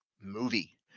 movie